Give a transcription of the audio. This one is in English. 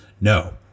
No